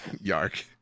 yark